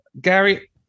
Gary